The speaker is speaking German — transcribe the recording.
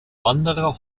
wanderer